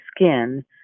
skin